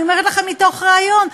אני אומרת לכם מתוך ריאיון,